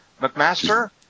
McMaster